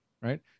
right